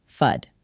FUD